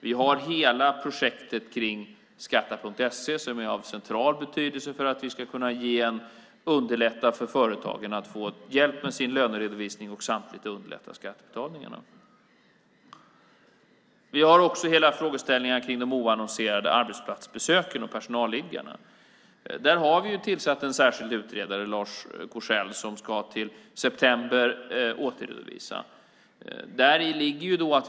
Vi har projektet skatta.se som är av central betydelse för att vi ska kunna underlätta för företagen att få hjälp med sin löneredovisning och samtidigt underlätta skattebetalningarna. Vi har frågan om de oannonserade arbetsplatsbesöken och personalliggarna. Vi har tillsatt en särskild utredare, Lars Korsell, som ska återredovisa till september.